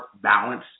balance